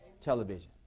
television